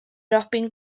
robin